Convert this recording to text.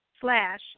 slash